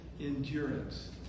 Endurance